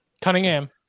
Cunningham